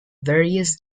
various